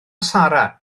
sara